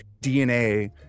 DNA